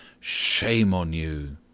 shame on you!